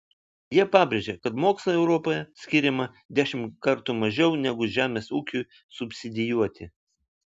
jie pabrėžia kad mokslui europoje skiriama dešimt kartų mažiau negu žemės ūkiui subsidijuoti